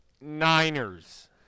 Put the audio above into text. Niners